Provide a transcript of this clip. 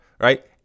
right